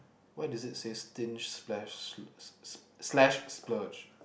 why does it say stinge splash s~ slash splurge